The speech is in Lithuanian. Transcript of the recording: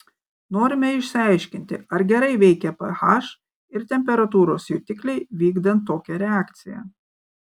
norime išsiaiškinti ar gerai veikia ph ir temperatūros jutikliai vykdant tokią reakciją